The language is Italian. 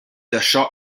lasciò